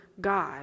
God